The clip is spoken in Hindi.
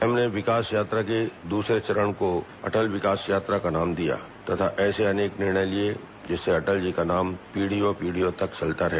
हमने विकास यात्रा के दूसरे चरण को अटल विकास यात्रा का नाम दिया है तथा ऐसे अनेक निर्णय लिए हैं जिससे अटल जी का नाम पीढ़ियों पीढ़ियों तक चलता रहे